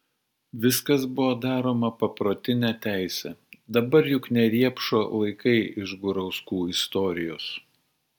viskas buvo daroma paprotine teise dabar juk ne riepšo laikai iš gurauskų istorijos